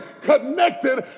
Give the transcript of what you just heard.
connected